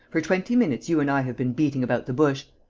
for twenty minutes, you and i have been beating about the bush.